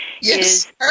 Yes